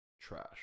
trash